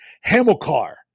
Hamilcar